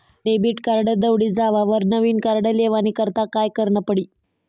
Debit card दवडी जावावर नविन कार्ड लेवानी करता काय करनं पडी?